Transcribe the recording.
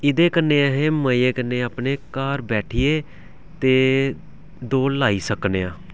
एह्दे कन्नै अस मज़े कन्नै अपने घर बैठियै ते दौड़ लाई सकने आं